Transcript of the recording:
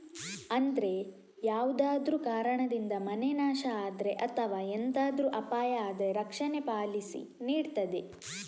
ಅಂದ್ರೆ ಯಾವ್ದಾದ್ರೂ ಕಾರಣದಿಂದ ಮನೆ ನಾಶ ಆದ್ರೆ ಅಥವಾ ಎಂತಾದ್ರೂ ಅಪಾಯ ಆದ್ರೆ ರಕ್ಷಣೆ ಪಾಲಿಸಿ ನೀಡ್ತದೆ